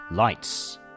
Lights